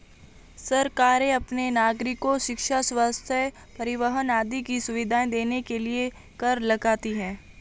सरकारें अपने नागरिको शिक्षा, स्वस्थ्य, परिवहन आदि की सुविधाएं देने के लिए कर लगाती हैं